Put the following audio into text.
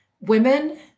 women